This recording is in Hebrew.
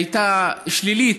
שהייתה שלילית,